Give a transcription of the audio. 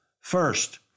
First